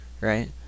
right